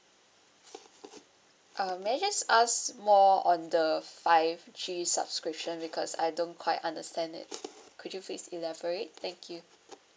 uh may I just ask more on the five G subscription because I don't quite understand it could you please elaborate thank you